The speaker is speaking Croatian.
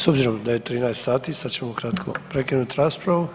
S obzirom da je 13 sati sad ćemo kratko prekinut raspravu.